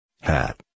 hat